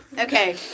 Okay